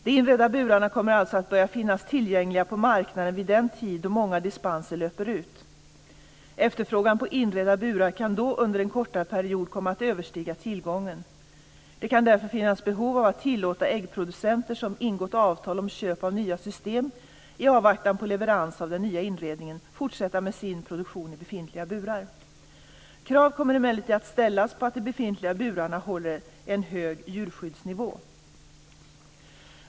De inredda burarna kommer alltså att börja finnas tillgängliga på marknaden vid den tid då många dispenser löper ut. Efterfrågan på inredda burar kan då under en kortare period komma att överstiga tillgången. Det kan därför finnas behov av att tillåta äggproducenter som ingått avtal om köp av nya system i avvaktan på leverans av den nya inredningen fortsätta med sin produktion i befintliga burar. Krav kommer emellertid att ställas på att de befintliga burarna håller en hög djurskyddsnivå.